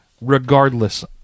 regardless